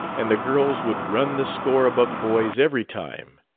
and the girls would run the score above the boys every time.